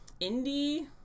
indie